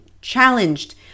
challenged